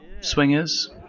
swingers